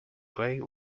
clay